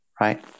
right